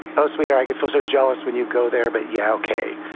oh, sweetheart, i get so so jealous when you go there. but, yeah, ok.